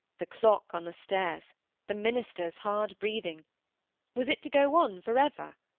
the clock on the stairs the minister's hard breathing was it to go on for ever?